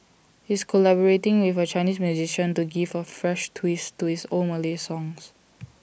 he is collaborating with A Chinese musician to give A fresh twist to it's old Malay songs